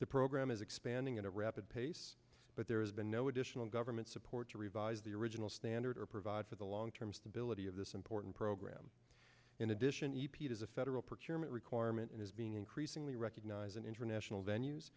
the program is expanding at a rapid pace but there has been no additional government support to revise the original standard or provide for the long term stability of this important program in addition epeat is a federal procurement requirement and is being increasingly recognize an international venue